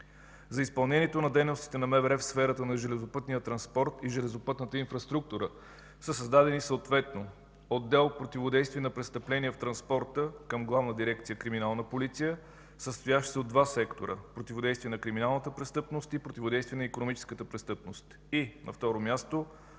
За изпълнение на дейностите на МВР в сферата на железопътния транспорт и железопътната инфраструктура са създадени съответно отдел „Противодействие на престъпления в транспорта” към Главна дирекция „Криминална полиция”, състоящ се от два сектора – „Противодействие на криминалната престъпност” и „Противодействие на икономическата престъпност”; и на второ място